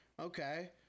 okay